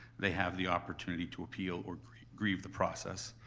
they have the opportunity to appeal or grieve grieve the process,